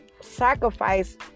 sacrifice